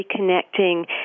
reconnecting